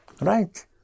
Right